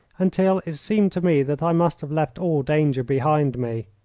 until it seemed to me that i must have left all danger behind me.